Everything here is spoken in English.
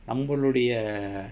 நம்மளுடைய:nammaludaiya